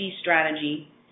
strategy